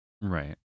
Right